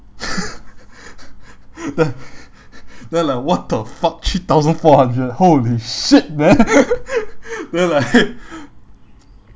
then then I like what the fuck three thousand four hundred holy shit man then like